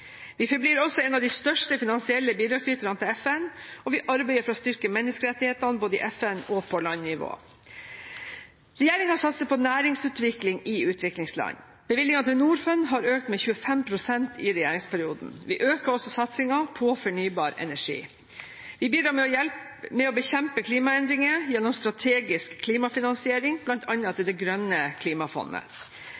Vi forblir også en av de største finansielle bidragsyterne til FN. Vi arbeider for å styrke menneskerettighetene, både i FN og på landnivå. Regjeringen satser på næringsutvikling i utviklingsland. Bevilgningene til Norfund har økt med 25 pst. i regjeringsperioden. Vi øker også satsingen på fornybar energi. Vi bidrar med å bekjempe klimaendringer gjennom strategisk klimafinansiering, bl.a. til